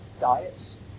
diets